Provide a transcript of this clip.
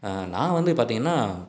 நான் வந்து பார்த்தீங்கன்னா